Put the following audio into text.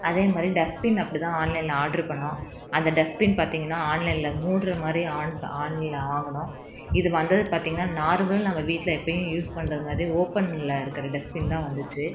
அதே மாதிரி டஸ்ட்பின் அப்படி தான் ஆன்லைனில் ஆட்ரு பண்ணோம் அந்த டஸ்ட்பின் பார்த்திங்கனா ஆன்லைனில் மூடுகிற மாதிரி ஆன் ஆன்லைனில் வாங்கினோம் இது வந்தது பார்த்திங்கனா நார்மல் நாங்கள் வீட்டில் எப்போயும் யூஸ் பண்ணுறது மாதிரி ஓப்பனில் இருக்கிற டஸ்ட்பின் தான் வந்துச்சு